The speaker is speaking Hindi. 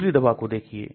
दूसरी दवा को देखिए